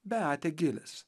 beatė gilis